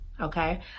Okay